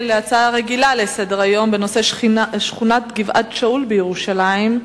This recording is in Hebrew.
להצעה רגילה לסדר-היום שמספרה 1432 בנושא: שכונת גבעת-שאול בירושלים,